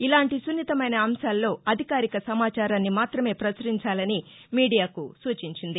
ఇలాంటి సున్నితమైన అంశాల్లో అధికారిక సమాచారాన్ని మాత్రమే పచురించాలని మీడియాకు సూచించింది